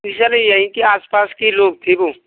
sir यही के आसपास के लोग थे वो